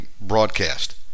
broadcast